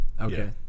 Okay